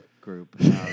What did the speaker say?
group